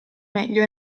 meglio